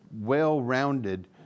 well-rounded